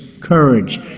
courage